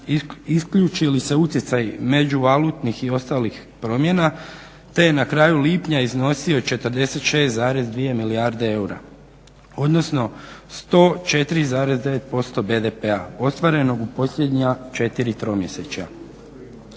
isključili se utjecaj međuvalutnih i ostalih promjena te je na kraju lipnja iznosio 46,2 milijarde eura odnosno 104,9% BDP-a ostvarenog u posljednja 4 tromjesečja.